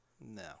No